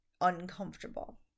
uncomfortable